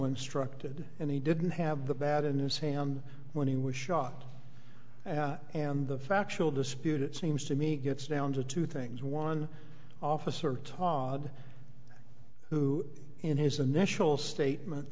instructed and he didn't have the bat in his hand when he was shot and the factual dispute it seems to me gets down to two things one officer todd who in his initial statement